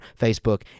Facebook